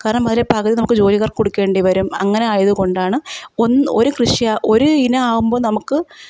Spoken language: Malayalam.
കാരണം ഒരു പകുതി ജോലി കൊടുക്കേണ്ടി വരും അങ്ങനെ ആയതു കൊണ്ടാണ് ഒന്ന് ഒരു കൃഷി ഒരു ഇനമാകുമ്പോൾ നമുക്ക്